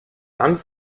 dann